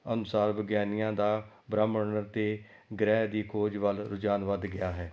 ਅਨੁਸਾਰ ਵਿਗਿਆਨੀਆਂ ਦਾ ਬ੍ਰਹਿਮੰਡ 'ਤੇ ਗ੍ਰਹਿ ਦੀ ਖੋਜ ਵੱਲ ਰੁਝਾਨ ਵੱਧ ਗਿਆ ਹੈ